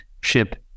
ship